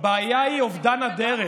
הבעיה היא אובדן הדרך.